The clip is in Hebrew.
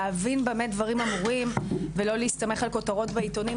להבין במה דברים אמורים ולא להסתמך על כותרות בעיתונים,